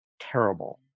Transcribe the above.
terrible